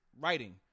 writing